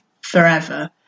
forever